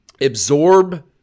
absorb